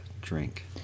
drink